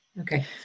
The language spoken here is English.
Okay